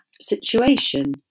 situation